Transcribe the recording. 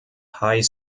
high